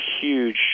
huge